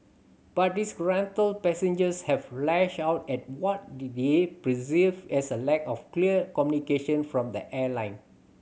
but disgruntled passengers have lashed out at what the they perceived as a lack of clear communication from the airline